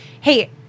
hey